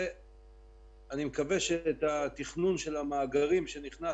אני מקווה שאת התכנון של המאגרים שנכנס